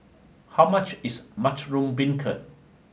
how much is Mushroom Beancurd